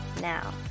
now